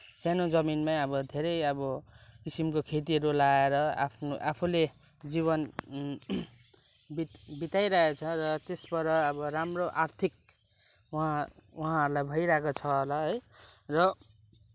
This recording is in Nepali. सानो जमिनमै अब धैरै अब किसिमको खेतीहरू लगाएर आफ्नो आफूले जीवन बित बिताइरहेको छ र त्यसबाट अब राम्रो आर्थिक उहाँ उहाँहरूलाई भइरहेको छ होला है र